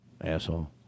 Asshole